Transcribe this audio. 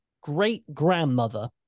great-grandmother